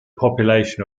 population